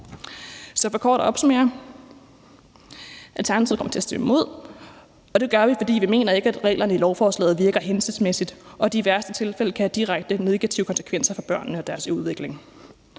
jeg vil kort opsummere: Alternativet kommer til at stemme imod, og det gør vi, fordi vi ikke mener, at reglerne i lovforslaget virker hensigtsmæssigt, og at de i værste tilfælde kan have direkte negative konsekvenser for børnene og deres udvikling.